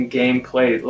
gameplay